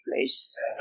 place